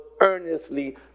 earnestly